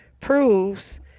proves